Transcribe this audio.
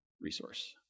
resource